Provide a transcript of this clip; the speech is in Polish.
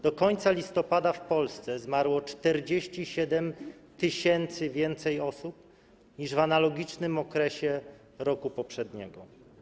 Do końca listopada w Polsce zmarło o 47 tys. więcej osób niż w analogicznym okresie roku poprzedniego.